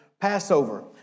Passover